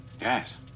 Yes